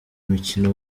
mukino